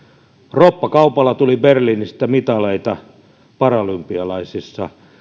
roppakaupalla tuli berliinistä mitaleita paralympialaisissa